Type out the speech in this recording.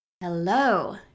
Hello